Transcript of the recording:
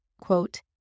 Quote